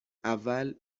اول